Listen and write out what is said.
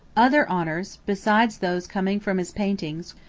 other honors, besides those coming from his paintings,